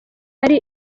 ari